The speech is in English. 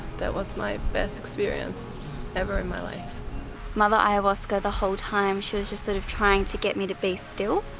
that was my best experience ever in my life mother ayahuasca the whole time she was just sort of trying to get me to be still